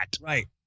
Right